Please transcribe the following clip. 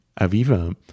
Aviva